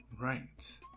right